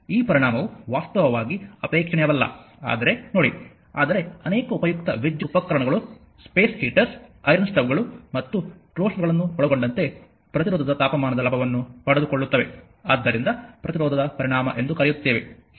ಈ ಪರಿಣಾಮವು ವಾಸ್ತವವಾಗಿ ಅಪೇಕ್ಷಣೀಯವಲ್ಲ ಆದರೆ ನೋಡಿ ಆದರೆ ಅನೇಕ ಉಪಯುಕ್ತ ವಿದ್ಯುತ್ ಉಪಕರಣಗಳು ಸ್ಪೇಸ್ ಹೀಟರ್ಸ್ ಐರನ್ ಸ್ಟೌವ್ಗಳು ಮತ್ತು ಟೋಸ್ಟರ್ಗಳನ್ನು ಒಳಗೊಂಡಂತೆ ಪ್ರತಿರೋಧ ತಾಪನದ ಲಾಭವನ್ನು ಪಡೆದುಕೊಳ್ಳುತ್ತವೆ ಆದ್ದರಿಂದ ಪ್ರತಿರೋಧದ ಪರಿಣಾಮ ಎಂದು ಕರೆಯುತ್ತೇವೆ ಸರಿ